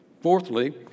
Fourthly